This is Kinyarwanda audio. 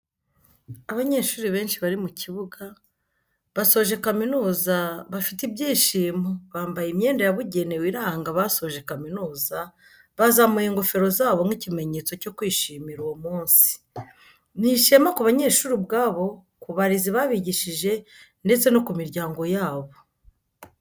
Abanyeshuri benshi bari mu kibuga basoje kamizuza bafite ibyishimo, bambaye imyenda yabugenewe iranga abasoje kaminuza bazamuye ingofero zabo nk'ikimenyetso cyo kwishimira uwo munsi, ni ishema ku banyeshuri ubwabo, ku barezi babigishije ndetse no ku miryango yabo.